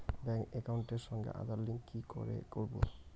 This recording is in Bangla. ব্যাংক একাউন্টের সঙ্গে আধার লিংক কি করে করবো?